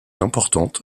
importantes